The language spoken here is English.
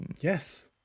Yes